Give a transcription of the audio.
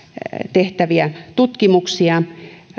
tehtäviä tutkimuksia